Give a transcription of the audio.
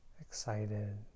excited